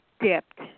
dipped